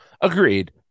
Agreed